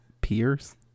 peers